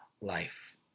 life